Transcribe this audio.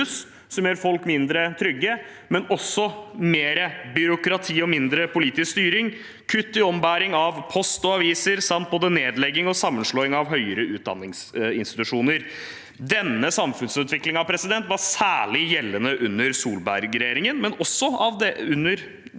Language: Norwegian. som gjør folk mindre trygge og gir mer byråkrati og mindre politisk styring, kutt i ombæring av post og aviser, samt både nedlegging og sammenslåing av høyere utdanningsinstitusjoner. Denne samfunnsutviklingen var særlig gjeldende under Solberg-regjeringen, men også under